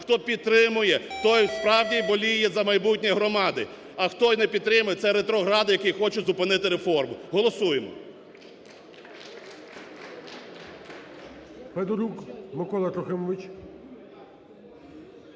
хто підтримує, той, справді, боліє за майбутнє громади, а хто не підтримує – це ретрогради, які хочуть зупинити реформу. Голосуємо!